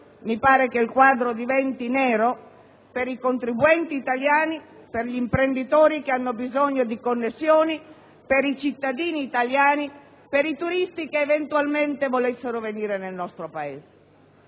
mi sembra che il quadro diventi nero per i contribuenti italiani, per gli imprenditori (che hanno bisogno di connessioni), per i cittadini italiani e per i turisti che eventualmente volessero venire nel nostro Paese.